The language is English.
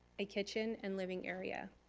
a kitchen and living area.